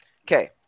Okay